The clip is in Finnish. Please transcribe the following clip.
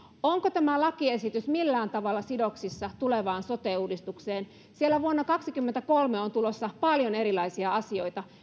onko tämä lakiesitys millään tavalla sidoksissa tulevaan sote uudistukseen sillä vuonna kaksikymmentäkolme on on tulossa paljon erilaisia asioita